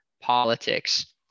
politics